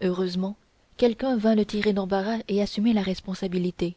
heureusement quelqu'un vint le tirer d'embarras et assumer la responsabilité